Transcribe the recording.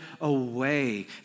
away